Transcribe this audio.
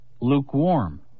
Lukewarm